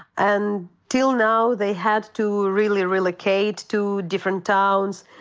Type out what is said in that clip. and till now they had to really relocate to different towns.